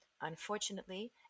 Unfortunately